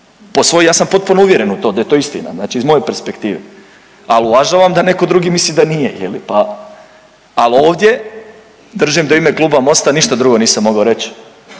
Ja sam potpuno uvjeren u to da je to istina, znači iz moje perspektive ali uvažavam da netko drugi misli da nije. Ali ovdje držim da u ime kluba MOST-a ništa drugo nisam mogao reći